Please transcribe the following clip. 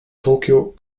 tokio